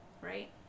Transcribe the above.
Right